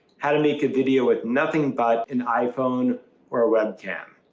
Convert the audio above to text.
how to make a video with nothing but an iphone or a webcam.